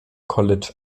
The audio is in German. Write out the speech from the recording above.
college